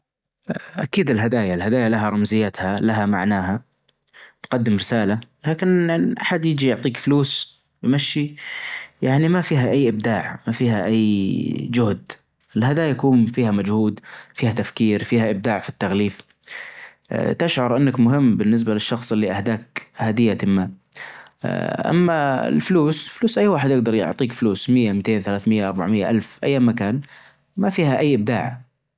أكيد الهدايا، الهدايا لها رمزيتها لها معناها تقدم رسالة لكن أن أحد يجي يعطيك فلوس يمشي يعني ما فيها أي إبداع ما فيها أي جهد، الهدايا يكون فيها مجهود فيها تفكير فيها إبداع في التغليف آآ تشعر أنك مهم بالنسبة للشخص اللي أهداك هدية ما، أما الفلوس، الفلوس أي واحد يجدر يعطيك فلوس مئة مئتين ثلاث مئة أربع مئة ألف أيا ما كان ما فيها أي إبداع.